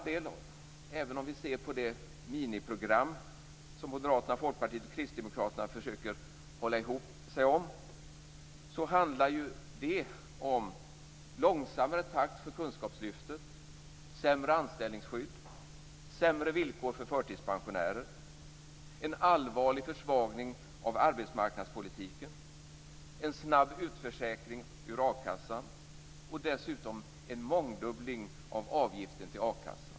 Det miniprogram som Moderaterna, Folkpartiet och Kristdemokraterna försöker hålla ihop om handlar om långsammare takt för kunskapslyftet, sämre anställningsskydd, sämre villkor för förtidspensionärer, en allvarlig försvagning av arbetsmarknadspolitiken, en snabb utförsäkring ur a-kassan och dessutom en mångdubbling av avgiften till a-kassan.